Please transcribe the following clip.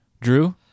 Drew